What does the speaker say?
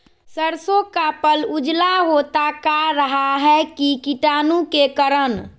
सरसो का पल उजला होता का रहा है की कीटाणु के करण?